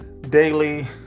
daily